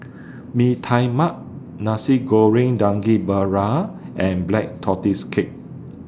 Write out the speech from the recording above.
Bee Tai Mak Nasi Goreng Daging Merah and Black Tortoise Cake